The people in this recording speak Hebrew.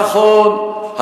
נכון,